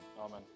Amen